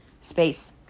space